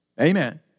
Amen